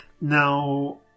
now